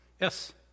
Yes